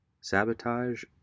sabotage